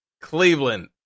Cleveland